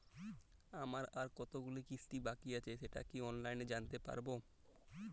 আমার আর কতগুলি কিস্তি বাকী আছে সেটা কি অনলাইনে জানতে পারব?